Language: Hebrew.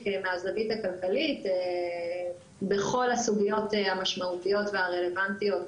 מהזווית הכלכלית בכל הסוגיות המשמעותיות והרלוונטיות,